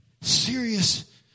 serious